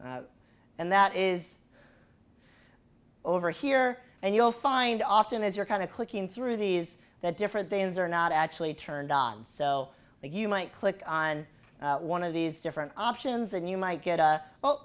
evil and that is over here and you'll find often as you're kind of clicking through these different things are not actually turned on so you might click on one of these different options and you might get a well